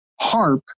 harp